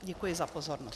Děkuji za pozornost.